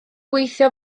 gweithio